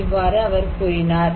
இவ்வாறு அவர் கூறினார்